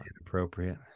inappropriate